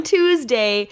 Tuesday